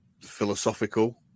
philosophical